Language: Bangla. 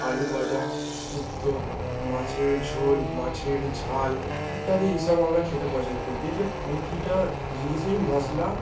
আলু ভাজা শুক্তো মাছের ঝোল মাছের ঝাল ইত্যাদি এইসব আমরা খেতে পছন্দ করি এতে প্রতিটা জিনিসেই মশলা